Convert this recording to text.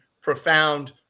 profound